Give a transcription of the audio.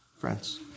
friends